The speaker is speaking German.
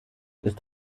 ist